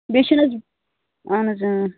بیٚیہِ چھُ نہٕ حظ اَہَن حظ